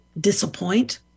disappoint